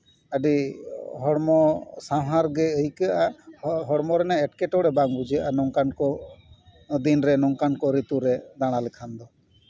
ᱟᱹᱰᱤ ᱦᱚᱲᱢᱚ ᱥᱟᱣᱦᱟᱨ ᱜᱮ ᱟᱹᱭᱠᱟᱹᱜᱼᱟ ᱦᱚᱲᱢᱚ ᱨᱮᱱᱟᱜ ᱮᱸᱴᱠᱮᱴᱚᱬᱮ ᱵᱟᱝ ᱵᱩᱡᱷᱟᱹᱜᱼᱟ ᱱᱚᱝᱠᱟᱱ ᱠᱚ ᱫᱤᱱ ᱨᱮ ᱱᱚᱝᱠᱟᱱ ᱠᱚ ᱨᱤᱛᱩ ᱨᱮ ᱫᱟᱬᱟ ᱞᱮᱠᱷᱟᱱ ᱫᱚ